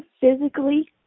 physically